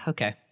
Okay